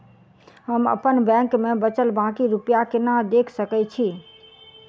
हम अप्पन बैंक मे बचल बाकी रुपया केना देख सकय छी?